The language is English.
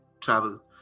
travel